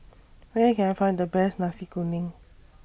Where Can I Find The Best Nasi Kuning